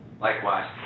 likewise